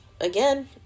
again